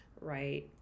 Right